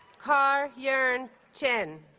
kar yern chin